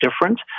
different